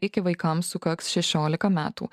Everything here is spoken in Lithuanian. iki vaikams sukaks šešiolika metų